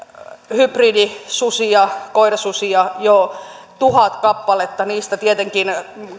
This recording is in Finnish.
hybridisusia koirasusia jo tuhat kappaletta niistä tietenkin